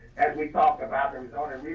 as we talked about and